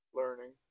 learning